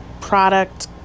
product